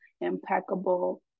impeccable